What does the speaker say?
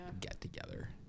get-together